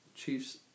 Chiefs